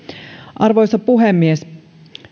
arvoisa puhemies